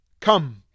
Come